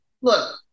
look